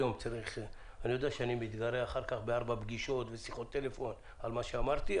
אני יודע שאני מתגרה בארבע פגישות ושיחות טלפון על מה שאמרתי,